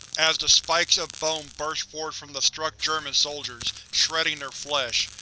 as the spikes of bone burst forth from the struck german soldiers, shredding their flesh,